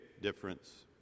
difference